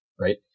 right